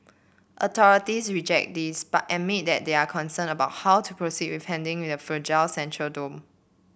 authorities reject this but admit they are concerned about how to proceed with handling the fragile central dome